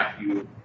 matthew